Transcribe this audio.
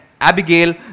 Abigail